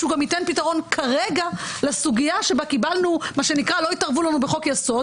שהוא גם ייתן פתרון כרגע לסוגיה שבה מה שנקרא לא התערבו לנו בחוק-יסוד,